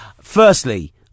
Firstly